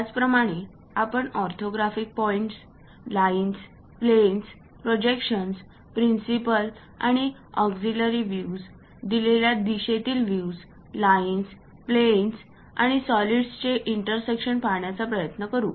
याचप्रमाणे आपण orthographic points lines planes projections principal आणि ऑग्झिलरी व्हिव्ज दिलेल्या दिशेतील व्हिव्ज लाईन्स प्लेन्स आणि सॉलिड्सचे इंटरसेक्शन पाहण्याचा प्रयत्न करू